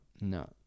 no